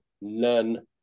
none